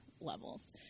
levels